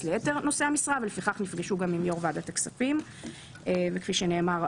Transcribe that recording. לייתר נושאי המשרה ולפיכך נפגשו גם עם יו"ר ועדת הכספים וכפי שנאמר,